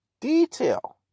detail